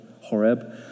Horeb